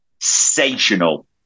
sensational